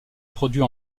produit